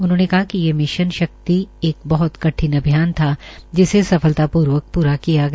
उन्होंने कहा कि ये मिशन शक्ति एक बहत कठिन अभियान था जिसे सफलतापूर्वक प्रा किया गया